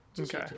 okay